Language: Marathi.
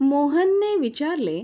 मोहनने विचारले